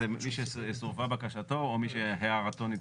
זה מי שסורבה בקשתו או מי שהערתו נדחתה,